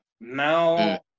now